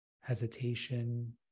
hesitation